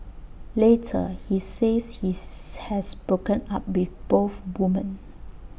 later he says his has broken up with both woman